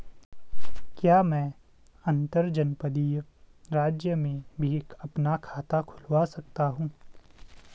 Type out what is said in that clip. क्या मैं अंतर्जनपदीय राज्य में भी अपना खाता खुलवा सकता हूँ?